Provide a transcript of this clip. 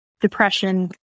depression